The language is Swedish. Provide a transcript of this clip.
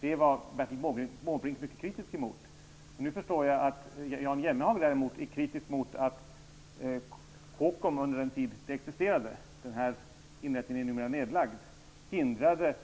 Det var Bertil Nu förstår jag att Jan Jennehag däremot är kritisk mot att COCOM under den tid det existerade -- det är numera nedlagt -- hindrade